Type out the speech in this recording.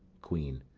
queen.